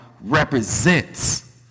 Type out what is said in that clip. represents